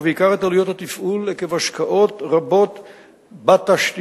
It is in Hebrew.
ובעיקר את עלויות התפעול עקב השקעות רבות בתשתיות,